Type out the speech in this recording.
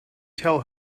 tell